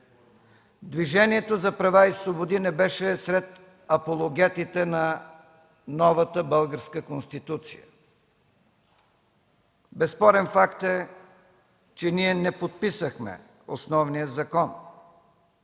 Движението за права и свободи не беше сред апологетите на новата Българска конституция. Безспорен факт е, че ние не подписахме основния закон.